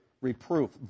Reproof